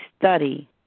study